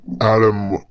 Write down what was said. adam